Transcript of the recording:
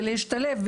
ולהשתלב,